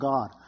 God